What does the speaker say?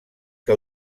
que